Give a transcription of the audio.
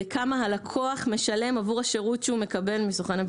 אלא כמה הלקוח משלם עבור השירות שהוא מקבל מסוכן הביטוח.